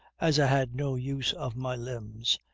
as i had no use of my limbs,